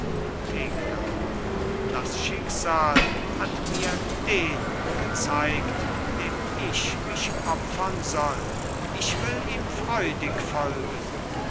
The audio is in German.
thekla das schicksal hat mir den gezeigt dem ich mich opfern soll ich will ihm freudig folgen